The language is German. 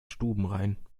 stubenrein